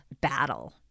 battle